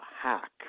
hack